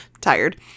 tired